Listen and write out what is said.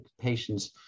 patients